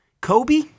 kobe